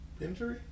injury